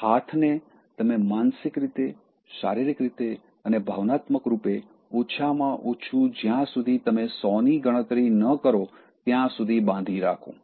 હાથને તમે માનસિક રીતે શારીરિક રીતે અને ભાવનાત્મકરૂપે ઓછામાં ઓછું જ્યાં સુધી તમે ૧૦૦ ની ગણતરી ન કરો ત્યાં સુધી બાંધી રાખો